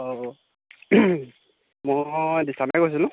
অঁ মই দীপামে কৈছিলোঁ